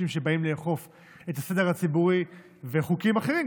שבאים לאכוף את הסדר הציבורי וחוקים אחרים,